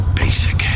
basic